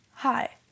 Hi